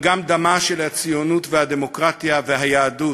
אבל גם דמה של הציונות, והדמוקרטיה, והיהדות.